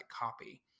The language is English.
copy